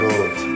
Lord